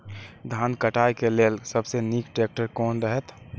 धान काटय के लेल सबसे नीक ट्रैक्टर कोन रहैत?